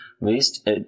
waste